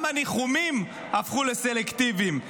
גם הניחומים הפכו לסלקטיביים.